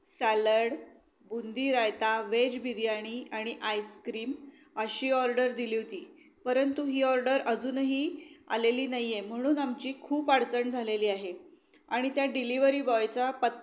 salad boondi raita veg biryani आणि ice cream अशी order दिली होती परंतु ही ऑर्डर अजूनही आलेली नाही आहे म्हणून आमची खूप अडचण झालेली आहे आणि त्या डिलिव्हरी बॉयचा पत्